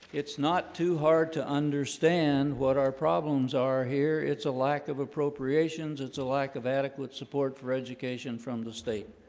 it's not too hard to understand what our problems are here. it's a lack of appropriations, it's a lack of adequate support for education from the state.